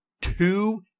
two